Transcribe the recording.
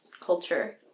culture